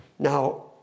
Now